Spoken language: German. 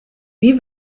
wie